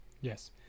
yes